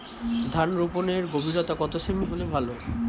ধান রোপনের গভীরতা কত সেমি হলে ভালো?